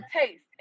taste